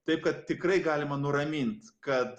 taip kad tikrai galima nuramint kad